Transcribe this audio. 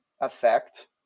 effect